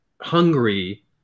hungry